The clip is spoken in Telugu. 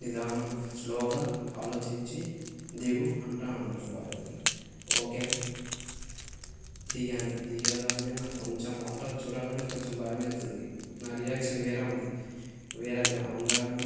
నిదానం స్లోగా ఆలోచించి దిగు అంటూ అన్నారు బావిలోకి ఓకే అని దిగాను దిగగానే నాకు కొంచెం వాటర్ చూడగానే కొంచెం భయమవుతుంది నా రియాక్షన్ వేరే ఉంది వేరేగా ఉండగానే